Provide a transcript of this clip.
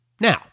Now